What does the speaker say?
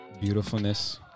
beautifulness